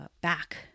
back